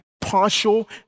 partial